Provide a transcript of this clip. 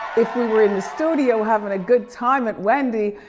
if we were in the studio having a good time at wendy,